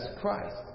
Christ